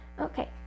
Okay